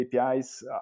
APIs